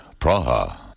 Praha